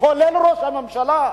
כולל ראש הממשלה.